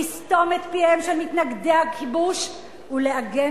לסתום את פיהם של מתנגדי הכיבוש ולעגן